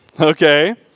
okay